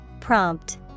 Prompt